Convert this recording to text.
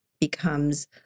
becomes